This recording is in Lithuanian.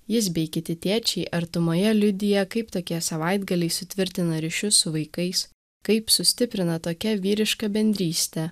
jis bei kiti tėčiai artumoje liudija kaip tokie savaitgaliai sutvirtina ryšius su vaikais kaip sustiprina tokia vyriška bendrystė